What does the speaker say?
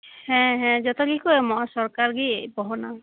ᱦᱮᱸ ᱦᱮᱸ ᱡᱚᱛᱚ ᱜᱮᱠᱚ ᱮᱢᱚᱜᱼᱟ ᱥᱚᱨᱠᱟᱨ ᱜᱮ ᱵᱚᱦᱚᱱᱟ